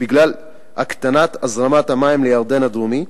בגלל הקטנת הזרמת המים לירדן הדרומי,